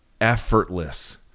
effortless